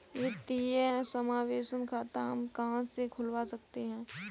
वित्तीय समावेशन खाता हम कहां से खुलवा सकते हैं?